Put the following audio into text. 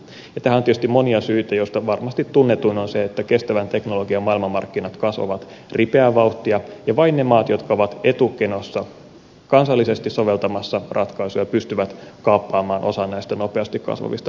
tähän on tietysti monia syitä joista varmasti tunnetuin on se että kestävän teknologian maailmanmarkkinat kasvavat ripeää vauhtia ja vain ne maat jotka ovat etukenossa kansallisesti soveltamassa ratkaisuja pystyvät kaappaamaan osan näistä nopeasti kasvavista maailmanmarkkinoista